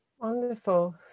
wonderful